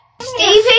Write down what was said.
Stevie